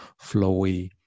flowy